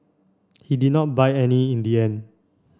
he did not buy any in the end